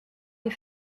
des